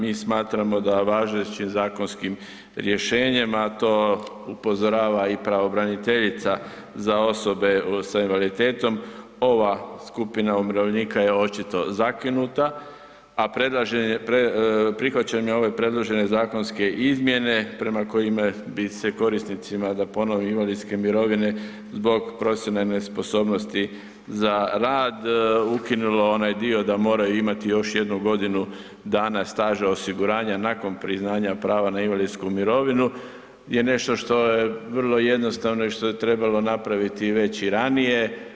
Mi smatramo da važećim zakonskim rješenjem, a to upozorava i pravobraniteljica za osobe sa invaliditetom, ova skupina umirovljenika je očito zakinuta, a prihvaćanjem ove predložene zakonske izmjene prema kojima bi se korisnicima, da ponovim, invalidske mirovine zbog profesionalne nesposobnosti za rad, ukinulo onaj dio da moraju imati još jednu godinu dana staža osiguranja nakon priznanja prava na invalidsku mirovinu je nešto što je vrlo jednostavno i što je trebalo napraviti već i ranije.